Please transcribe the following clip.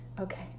okay